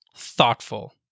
thoughtful